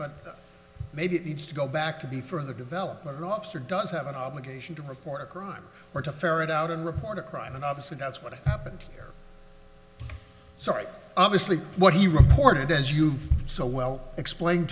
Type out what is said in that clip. but maybe it needs to go back to the further development officer does have an obligation to report a crime or to ferret out and report a crime and obviously that's what happened here so right obviously what he reported as you've so well explained